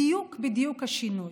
בדיוק בדיוק השינוי.